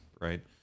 right